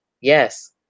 Yes